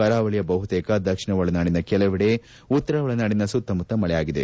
ಕರಾವಳಿಯ ಬಹುತೇಕ ದಕ್ಷಿಣ ಒಳನಾಡಿನ ಕೆಲವೆಡೆ ಉತ್ತರ ಒಳನಾಡಿನ ಸುತ್ತಮುತ್ತ ಮಳೆಯಾಗಿದೆ